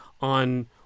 on